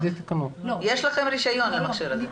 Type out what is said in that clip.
יש לכם רישיון למכשיר הזה.